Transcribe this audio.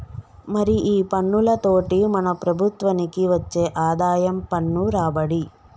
మరి ఈ పన్నులతోటి మన ప్రభుత్వనికి వచ్చే ఆదాయం పన్ను రాబడి